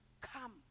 come